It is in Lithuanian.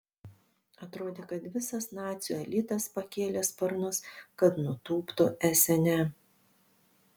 atrodė kad visas nacių elitas pakėlė sparnus kad nutūptų esene